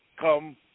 come